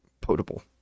potable